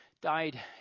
died